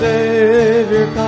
Savior